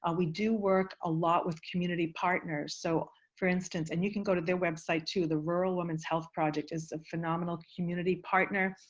ah we do work a lot with community partners. so for instance and you can go to their website, too. the rural women's health project is a phenomenal community partner.